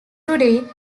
today